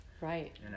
right